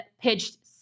pitched